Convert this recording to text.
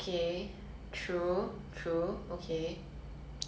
internet computer